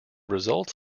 results